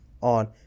on